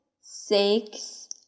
six